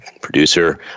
producer